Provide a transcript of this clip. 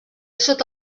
sota